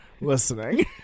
Listening